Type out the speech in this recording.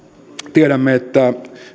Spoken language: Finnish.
tiedämme että